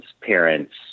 parents